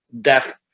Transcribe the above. death